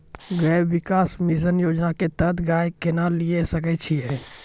गव्य विकास मिसन योजना के तहत गाय केना लिये सकय छियै?